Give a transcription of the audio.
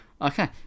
Okay